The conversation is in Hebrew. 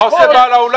מה עושה בעל האולם?